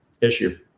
issue